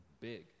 big